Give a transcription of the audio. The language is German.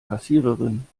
kassiererin